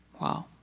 Wow